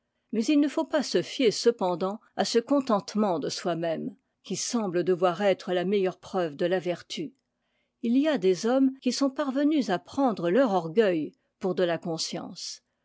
mais il ne faut pas se fier cependant à ce contentement de soi-même qui semble devoir être la meilleure preuve de la vertu il y a des hommes qui sont parvenus à prendre leur orgueil pour de la conscience